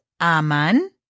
aman